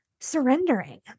surrendering